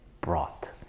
brought